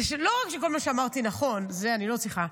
זה לא רק שכל מה שאמרתי נכון, זה אני לא צריכה,